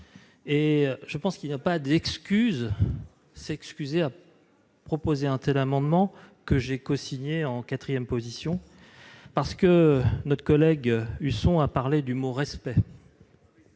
et je pense qu'il y a pas d'excuses s'excuser, a proposé tels amendements que j'ai cosigné en 4ème position parce que notre collègue Husson a parlé du mot respect.